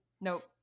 Nope